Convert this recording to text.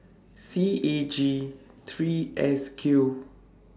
C A G three S Q